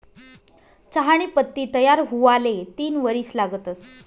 चहानी पत्ती तयार हुवाले तीन वरीस लागतंस